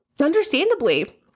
understandably